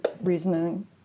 reasoning